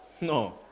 No